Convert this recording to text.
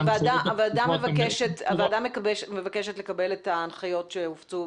הוועדה מבקשת לקבל את ההנחיות שהופצו.